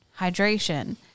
hydration